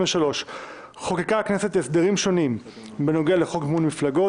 ושלוש חוקקה הכנסת הסדרים שונים בנוגע לחוק מימון מפלגות,